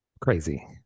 Crazy